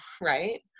right